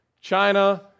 China